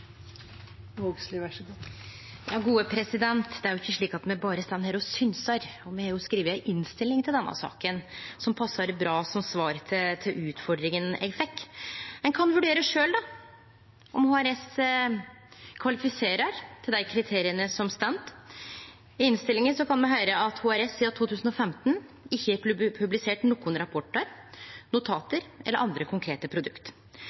Det er jo ikkje slik at me berre står her og synsar. Me har jo skrive ei innstilling til denne saka, som passar bra som svar på utfordringa eg fekk. Ein kan vurdere sjølv om HRS kvalifiserer til dei kriteria som står. I innstillinga kan me lese at HRS sidan 2015 ikkje har publisert nokon rapportar, notat eller andre konkrete produkt.